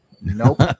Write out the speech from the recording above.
Nope